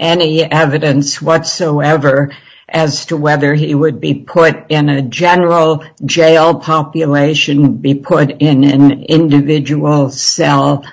any evidence whatsoever as to whether he would be put in a general jail population would be put in an individual cell